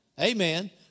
Amen